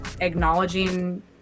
acknowledging